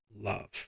love